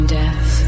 death